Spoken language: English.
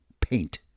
paint